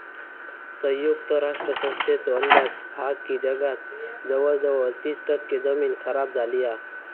संयुक्त राष्ट्र संस्थेचो अंदाज हा की जगात जवळजवळ तीस टक्के जमीन खराब झाली हा